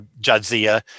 Jadzia